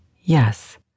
yes